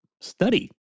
study